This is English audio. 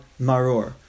maror